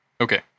Okay